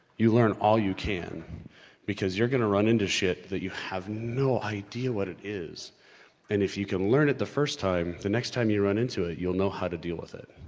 you learn all you can because you're gonna run into shit that you have no idea what it is and if you can learn it the first time the next time you run into it, you'll know how to deal with it.